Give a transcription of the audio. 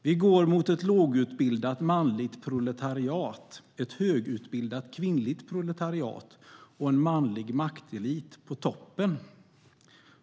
"Vi går mot ett lågutbildat manligt proletariat, ett högutbildat kvinnligt proletariat och en manlig maktelit på toppen."